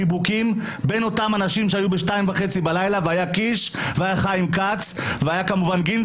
חיבוקים בין האנשים שהיו ב-02:30 בלילה והיה קיש והיה חיים כץ וגינזבורג